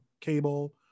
cable